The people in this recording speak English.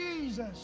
Jesus